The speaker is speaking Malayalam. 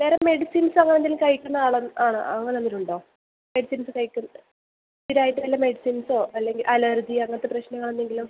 വേറെ മെഡിസിൻസ് അങ്ങനെ എന്തെങ്കിലും കഴിക്കുന്ന ആൾ ആണോ അങ്ങനെ എന്തെങ്കിലും ഉണ്ടോ മെഡിസിൻസ് കഴിക്കുന്ന സ്ഥിരമായിട്ട് വല്ല മെഡിസിൻസോ അല്ലെങ്കിൽ അലർജി അങ്ങനത്തെ പ്രശ്നങ്ങൾ എന്തെങ്കിലും